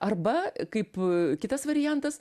arba kaip kitas variantas